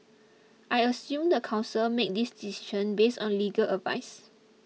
I assume the council made this decision based on legal advice